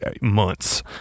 months